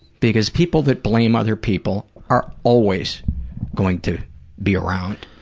because people that blame other people are always going to be around,